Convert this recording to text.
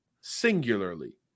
singularly